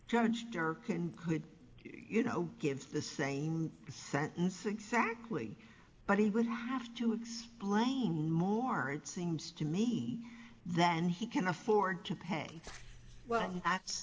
judge durcan could you know gives the same sentence exactly but he will have to explain more it seems to me that he can afford to pay well that's